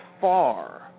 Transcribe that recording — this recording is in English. far